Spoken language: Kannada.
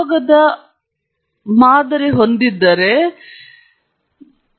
ಎಲ್ಲರೂ ಇನ್ನೂ ಒಳ್ಳೆಯದನ್ನು ಹೊಂದಿದ್ದಾರೆ ಆದರೆ ಇದು ಬಹಳ ಮುಖ್ಯವಾದ ವರ್ಗೀಕರಣವಾಗಿದ್ದು ನೀವು ಮುಂಚೂಣಿಯಲ್ಲಿರಬೇಕು